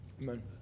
Amen